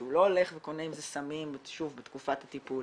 שהוא לא הולך וקונה עם זה סמים שוב בתקופת הטיפול